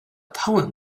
poem